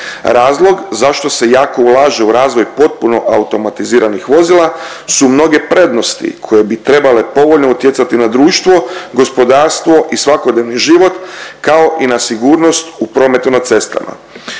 Razlog zašto se jako ulaže u razvoj potpuno automatiziranih vozila su mnoge prednosti koje bi trebale povoljno utjecati na društvo, gospodarstvo i svakodnevni život kao i na sigurnost u prometu na cestama.